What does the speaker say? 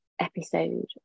episode